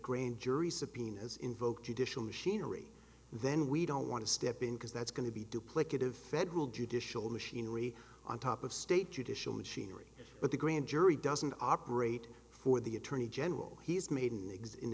grand jury subpoena has invoked judicial machinery then we don't want to step in because that's going to be duplicative federal judicial machinery on top of state judicial machinery but the grand jury doesn't operate for the attorney general he's made an